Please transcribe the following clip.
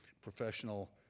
professional